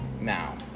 Now